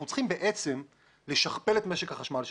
אנחנו בעצם צריכים לשכפל את משק החשמל שלנו,